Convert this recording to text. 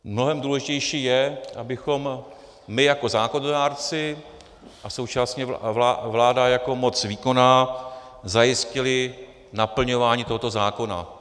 Mnohem důležitější je, abychom my jako zákonodárci a současně vláda jako moc výkonná zajistili naplňování tohoto zákona.